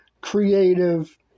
creative